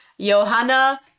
Johanna